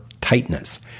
tightness